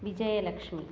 Vijayalakshmi